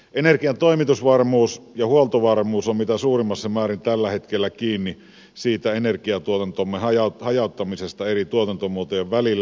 energian toimitusvarmuus ja huoltovarmuus ovat mitä suurimmassa määrin tällä hetkellä kiinni siitä energiantuotantomme hajauttamisesta eri tuotantomuotojen välille